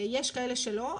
יש כאלה שלא,